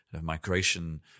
migration